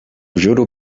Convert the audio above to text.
juro